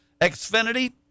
Xfinity